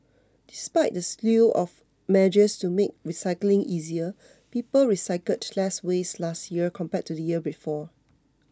despite the slew of measures to make recycling easier people recycled less waste last year compared to the year before